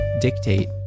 dictate